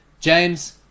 James